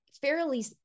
fairly